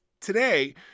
today